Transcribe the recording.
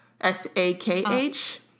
S-A-K-H